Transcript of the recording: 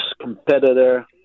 competitor